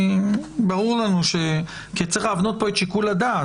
ברור לנו שצריך להבנות את שיקול הדעת.